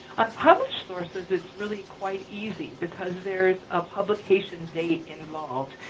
on published sources it's really quite easy because there is a publication date involved.